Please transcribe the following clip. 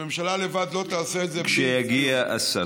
הממשלה לבד לא תעשה את זה בלי, כשיגיע השר.